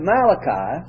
Malachi